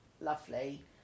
lovely